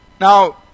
Now